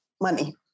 money